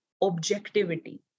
objectivity